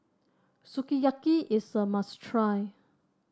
Sukiyaki is a must try